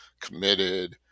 committed